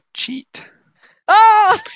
cheat